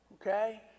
Okay